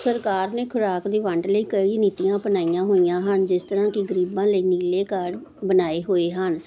ਸਰਕਾਰ ਨੇ ਖੁਰਾਕ ਦੀ ਵੰਡ ਲਈ ਕਈ ਨੀਤੀਆਂ ਅਪਣਾਈਆਂ ਹੋਈਆਂ ਹਨ ਜਿਸ ਤਰ੍ਹਾਂ ਕਿ ਗਰੀਬਾਂ ਲਈ ਨੀਲੇ ਕਾਰਡ ਬਣਾਏ ਹੋਏ ਹਨ